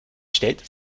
stellte